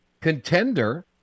contender